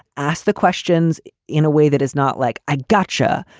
ask the questions in a way that is not like a gotcha.